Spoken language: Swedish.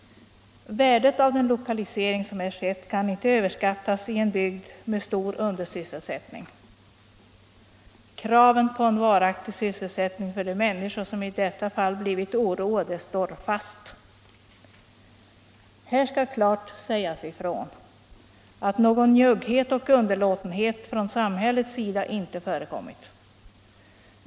Värdet av den lokalisering som här skett kan inte överskattas i en bygd med stor undersysselsättning. Kraven på en varaktig sysselsättning för de människor som i detta fall blivit oroade står fast. Här skall klart sägas ifrån att någon njugghet och underlåtenhet från samhällets sida inte förekommit.